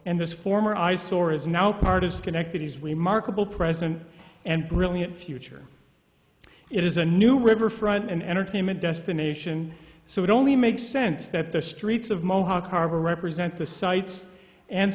and this former eyesore is now part of schenectady as we mark about present and brilliant future it is a new riverfront and entertainment destination so it only makes sense that the streets of mohawk harbor represent the sights and